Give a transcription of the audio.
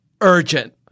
urgent